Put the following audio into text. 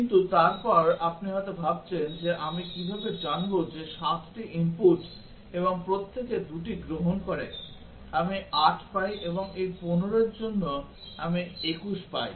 কিন্তু তারপর আপনি হয়তো ভাবছেন যে আমি কিভাবে জানব যে 7 টি ইনপুট এবং প্রত্যেকে 2 টি গ্রহণ করে আমি 8 পাই এবং এই 15 এর জন্য আমি 21 পাই